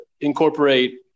incorporate